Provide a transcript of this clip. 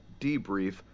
debrief